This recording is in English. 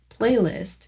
playlist